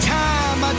time